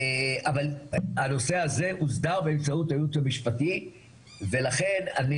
אבל הנושא הזה הוסדר באמצעות הייעוץ המשפטי ולכן אני